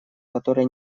которая